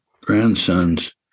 grandsons